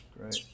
great